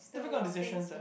difficult decisions eh